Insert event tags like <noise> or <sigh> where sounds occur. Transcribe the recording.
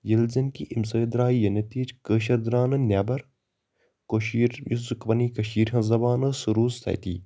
ییٚلہِ زَن کہِ امہِ سۭتۍ درٛایہِ یہِ نَتیٖجہِ کٲشر درٛاو نہٕ نٮ۪بَر کشیٖر یُس <unintelligible> کَشیٖر ہنٛز زَبان ٲس سۄ روٗز تٔتی